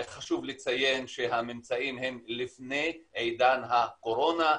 חשוב לציין שהממצאים הם לפני עידן הקורונה,